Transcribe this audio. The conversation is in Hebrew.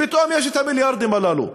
פתאום יש את המיליארדים הללו.